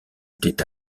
était